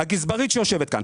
הגזברית שלי שיושבת כאן,